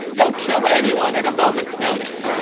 they'll kill anyone at a moment's notice.